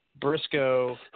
Briscoe